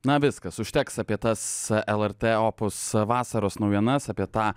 na viskas užteks apie tas lrt opus vasaros naujienas apie tą